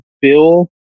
bill